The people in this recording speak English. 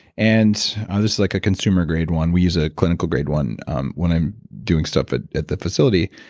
and this is like a consumer grade one, we use a clinical grade one um when i'm doing stuff at at the facility.